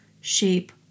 shape